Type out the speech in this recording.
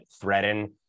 threaten